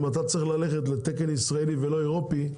אם אתה צריך ללכת לתקן ישראלי ולא אירופי,